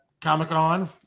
Comic-Con